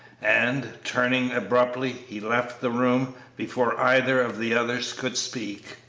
and, turning abruptly, he left the room before either of the others could speak.